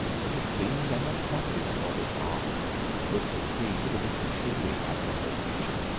but it seems i must practise for this art, if it would succeed with this truly-admirable creature